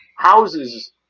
houses